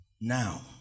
Now